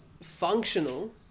functional